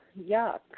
yuck